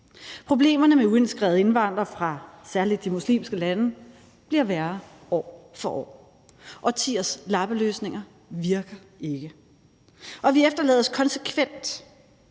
Problemerne med uintegrerede indvandrere fra særlig de muslimske lande bliver værre år for år. Årtiers lappeløsninger virker ikke. Vi efterlades konsekvent